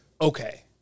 okay